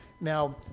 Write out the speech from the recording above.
Now